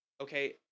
okay